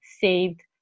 saved